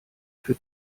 für